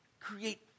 create